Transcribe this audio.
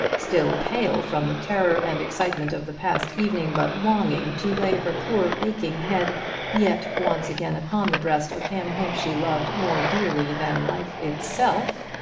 still pale from the terror and excitement of the past evening, but longing to lay her poor aching head yet once again upon the breast of him whom she loved more dearly than life itself,